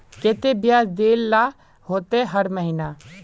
केते बियाज देल ला होते हर महीने?